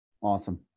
Awesome